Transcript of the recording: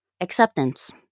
Acceptance